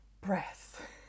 breath